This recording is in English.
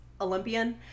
Olympian